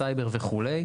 סייבר וכו'.